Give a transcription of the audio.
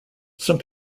some